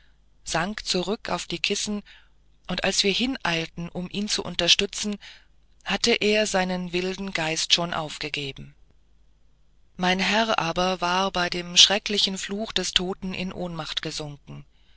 sank zurück auf die kissen und als wir hineilten um ihn zu unterstützen hatte er seinen wilden geist schon aufgegeben mein herr aber war bei dem schrecklichen fluch des toten in ohnmacht gesunken